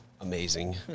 amazing